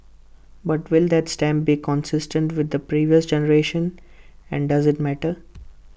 but will that stamp be consistent with the previous generation and does IT matter